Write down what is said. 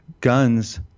guns